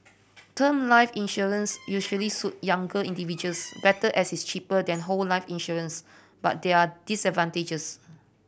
term life insurance usually suit younger individuals better as it is cheaper than whole life insurance but there are disadvantages